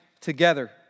together